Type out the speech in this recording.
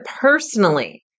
personally